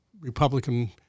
Republican